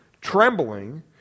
trembling